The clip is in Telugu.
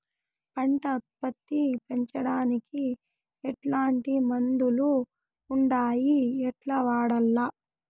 పంట ఉత్పత్తి పెంచడానికి ఎట్లాంటి మందులు ఉండాయి ఎట్లా వాడల్ల?